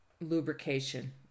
lubrication